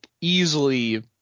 Easily